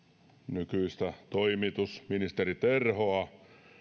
nykyistä toimitusministeri terhoa